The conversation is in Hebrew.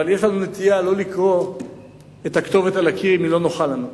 אבל יש לנו נטייה לא לקרוא את הכתובת על הקיר אם היא לא נוחה לנו,